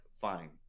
fine